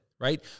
right